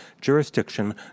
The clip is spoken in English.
jurisdiction